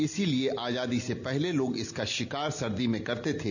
इसलिए आजादी से पहले लोग इसका शिकार सर्दी में करते थे